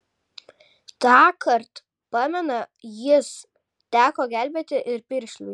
tąkart pamena jis teko gelbėti ir piršliui